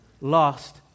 lost